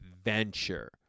adventure